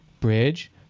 bridge